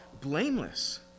blameless